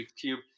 cube